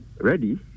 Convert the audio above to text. ready